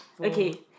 okay